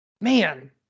man